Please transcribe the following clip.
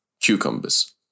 cucumbers